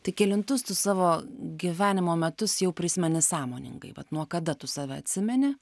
tai kelintus tu savo gyvenimo metus jau prisimeni sąmoningai vat nuo kada tu save atsimeni